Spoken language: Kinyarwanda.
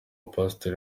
pasitori